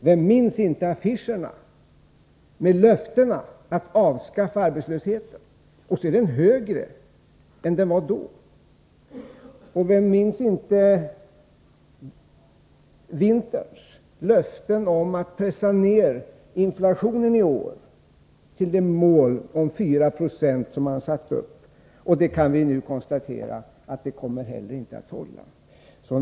Vem minns inte affischerna med löftet att avskaffa arbetslösheten? Och så är den högre än den var då. Vem minns inte vinterns löften om att pressa ner inflationen i år till det mål, 4 26, som man hade satt upp? Vi kan nu konstatera att inte heller det kommer att hålla.